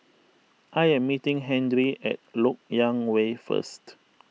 I am meeting Henry at Lok Yang Way first